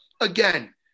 again